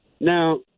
Now